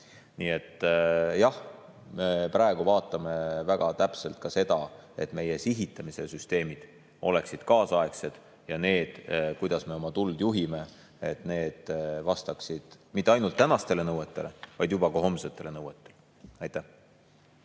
et jah, me praegu vaatame väga täpselt ka seda, et meie sihitamise süsteemid oleksid ajakohased ja see, kuidas me oma tuld juhime, ei vastaks mitte ainult tänastele nõuetele, vaid vastaks juba ka homsetele nõuetele. Aitäh!